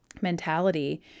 mentality